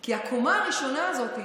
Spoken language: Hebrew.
כי הקומה הראשונה הזאת,